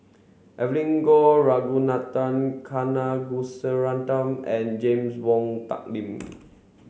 Evelyn Goh Ragunathar Kanagasuntheram and James Wong Tuck Yim